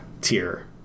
tier